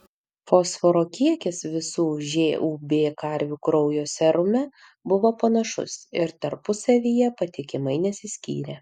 fosforo kiekis visų žūb karvių kraujo serume buvo panašus ir tarpusavyje patikimai nesiskyrė